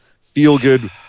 feel-good